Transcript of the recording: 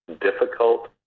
difficult